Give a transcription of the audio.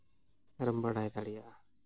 ᱟᱨᱮᱢ ᱵᱟᱲᱟᱭ ᱫᱟᱲᱮᱭᱟᱜᱼᱟ